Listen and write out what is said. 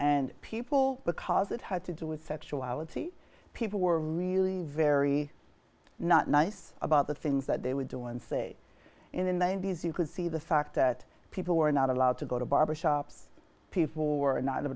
and people because it had to do with sexuality people were really very not nice about the things that they would do and say in the ninety's you could see the fact that people were not allowed to go to barber shops people who are not